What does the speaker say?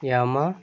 Yamaha